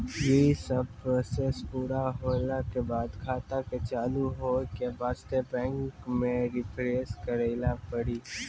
यी सब प्रोसेस पुरा होला के बाद खाता के चालू हो के वास्ते बैंक मे रिफ्रेश करैला पड़ी?